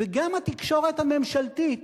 וגם התקשורת הממשלתית,